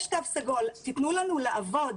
יש תו סגול, תנו לנו לעבוד.